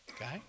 Okay